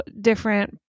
different